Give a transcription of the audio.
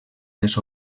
les